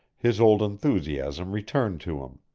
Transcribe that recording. his old enthusiasm returned to him.